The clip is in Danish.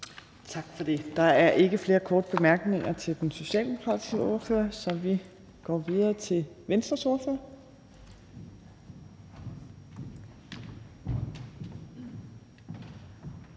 Tak for det. Der er ikke flere korte bemærkninger til den socialdemokratiske ordfører, så vi går videre til Venstres ordfører.